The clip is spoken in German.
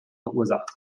verursacht